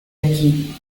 aquí